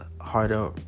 harder